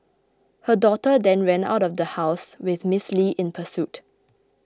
her daughter then ran out of house with Ms Li in pursuit